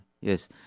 Yes